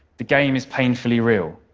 the game is painfully real.